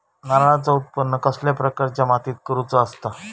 नारळाचा उत्त्पन कसल्या प्रकारच्या मातीत करूचा असता?